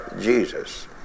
Jesus